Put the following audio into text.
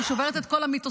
היא שוברת את כל המיתוסים.